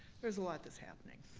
there's a lot that's happening.